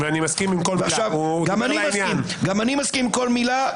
ואני מסכים עם כל מילה.